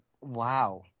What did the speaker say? wow